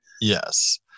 Yes